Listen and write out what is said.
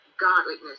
godliness